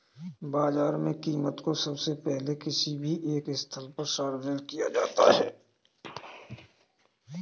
बाजार में कीमत को सबसे पहले किसी भी एक स्थल पर सार्वजनिक किया जाता है